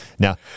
Now